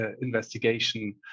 investigation